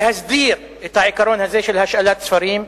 להסדיר את העיקרון הזה של השאלת ספרים,